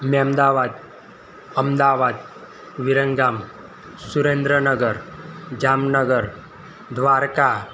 Mahemdavad Ahmedabad Viramgam Surendranagar Jamnagar Dwarka